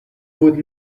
would